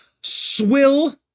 swill